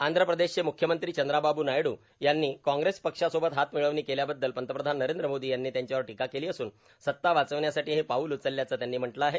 आंध्र प्रदेशचे मुख्यमंत्री चंद्राबाब् नायड् यांनी कांग्रेस पक्षासोबत हातमिळवणी केल्याबद्दल पंतप्रधान नरेंद्र मोदी यांनी त्यांच्यावर टिका केली असून सत्ता वाचवण्यासाठी हे पाऊल उचलल्याचं त्यांनी म्हटलं आहे